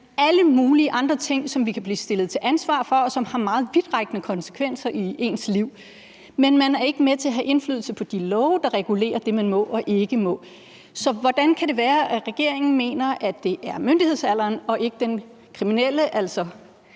alle mulige andre ting, som man kan blive stillet til ansvar for, og som har meget vidtrækkende konsekvenser i ens liv. Men man er ikke med til at have indflydelse på de love, der regulerer det, man må og ikke må. Så hvordan kan det være, at regeringen mener, at det er myndighedsalderen og ikke den kriminelle lavalder,